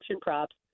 props